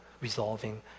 resolving